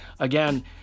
Again